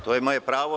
To je moje pravo.